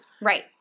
Right